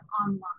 online